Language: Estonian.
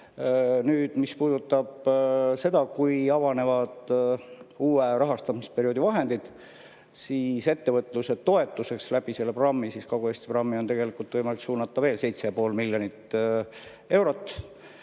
Nüüd, mis puudutab seda, kui avanevad uue rahastamisperioodi vahendid, siis ettevõtluse toetuseks on selle kaudu Kagu-Eesti programmi võimalik suunata veel 7,5 miljonit eurot